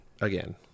again